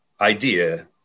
idea